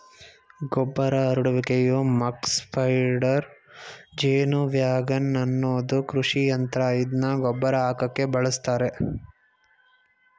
ಗೊಬ್ಬರ ಹರಡುವಿಕೆಯ muck spreader ಜೇನುವ್ಯಾಗನ್ ಅನ್ನೋದು ಕೃಷಿಯಂತ್ರ ಇದ್ನ ಗೊಬ್ರ ಹಾಕಕೆ ಬಳುಸ್ತರೆ